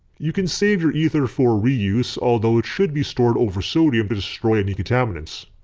you can save your ether for reuse although it should be stored over sodium to destroy any contaminants.